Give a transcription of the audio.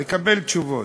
לקבל תשובות.